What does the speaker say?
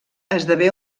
esdevé